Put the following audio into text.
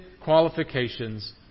qualifications